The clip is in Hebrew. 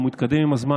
הוא גם התקדם עם הזמן,